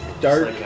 dark